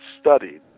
studied